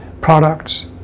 products